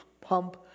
pump